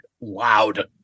loud